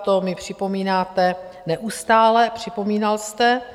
To mi připomínáte neustále, připomínal jste.